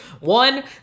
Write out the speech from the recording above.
one